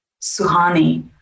Suhani